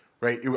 right